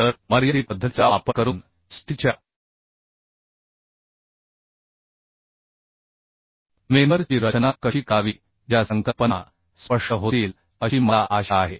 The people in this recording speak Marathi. तर मर्यादित पद्धतीचा वापर करून स्टीलच्या मेंबर ची रचना कशी करावी ज्या संकल्पना स्पष्ट होतील अशी मला आशा आहे